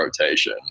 rotation